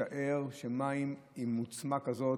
לשער, מים עם עוצמה כזאת.